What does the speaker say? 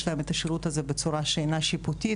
להם את השירות הזה בצורה שאינה שיפוטית.